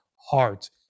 heart